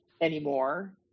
anymore